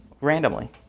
Randomly